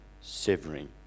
severing